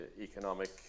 economic